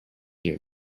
year